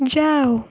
ଯାଅ